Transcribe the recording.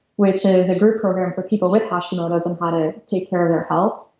which is a group program for people with hashimoto's on how to take care of their health.